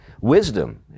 wisdom